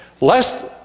Lest